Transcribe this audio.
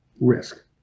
risk